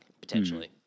potentially